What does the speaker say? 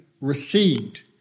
received